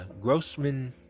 Grossman